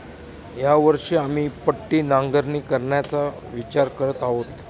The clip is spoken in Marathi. या वर्षी आम्ही पट्टी नांगरणी करायचा विचार करत आहोत